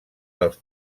dels